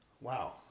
Wow